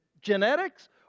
genetics